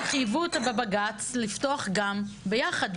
שחייבו אותם בבג"צ לפתוח גם ביחד,